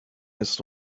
ist